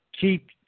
keep